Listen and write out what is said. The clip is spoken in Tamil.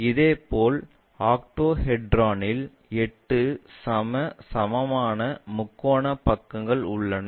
இதேபோல் ஆக்டோஹெட்ரானில் எட்டு சம சமமான முக்கோண பக்கங்கள் உள்ளன